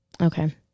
Okay